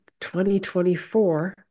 2024